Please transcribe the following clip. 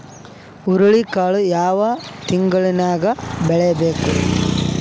ಹುರುಳಿಕಾಳು ಯಾವ ತಿಂಗಳು ನ್ಯಾಗ್ ಬೆಳಿಬೇಕು?